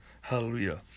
hallelujah